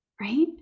Right